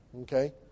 Okay